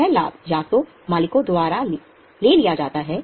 यह लाभ या तो मालिकों द्वारा लिया जाता है